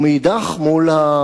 ובין החובה המוסרית,